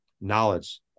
knowledge